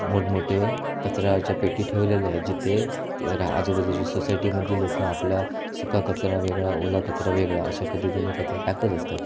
मोठमोठे कचराच्या पेटी ठेवलेल्या आहे जिथे ते रा आजूबाजूच्या सोसायटीमधली लोकं आपला सुका कचरा वेगळा ओला कचरा वेगळा अशा पद्धतीने कचरा टाकत असतात